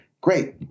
Great